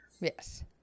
Yes